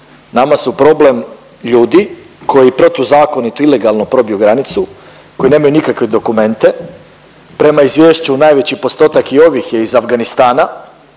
Nama su problem ljudi koji protuzakonito, ilegalno probiju granicu, koji nemaju nikakve dokumente, prema izvješću najveći postotak i ovih je iz Afganistana